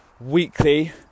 weekly